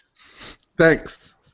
Thanks